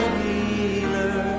healer